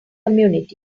community